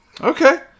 Okay